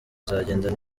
azagenda